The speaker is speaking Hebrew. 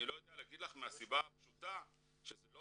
אני לא יודע להגיד לך מהסיבה הפשוטה שזה לא